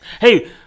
Hey